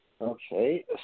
Okay